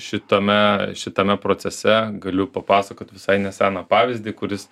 šitame šitame procese galiu papasakot visai neseną pavyzdį kuris